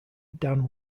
dan